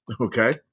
okay